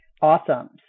Awesome